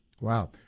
Wow